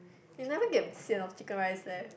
you never get sian of chicken rice meh